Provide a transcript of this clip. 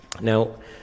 Now